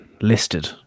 listed